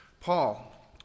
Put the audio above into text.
Paul